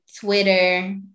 Twitter